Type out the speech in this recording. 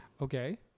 Okay